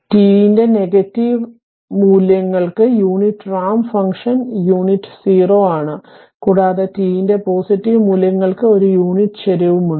അതിനാൽ t ന്റെ negative മൂല്യങ്ങൾക്ക് യൂണിറ്റ് റാമ്പ് ഫംഗ്ഷൻ യൂണിറ്റ് 0 ആണ് കൂടാതെ t ന്റെ പോസിറ്റീവ് മൂല്യങ്ങൾക്ക് ഒരു യൂണിറ്റ് ചരിവുമുണ്ട്